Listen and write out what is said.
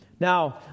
Now